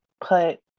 put